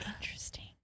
Interesting